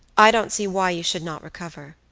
i don't see why you should not recover.